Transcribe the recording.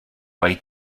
way